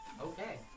Okay